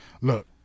Look